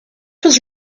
was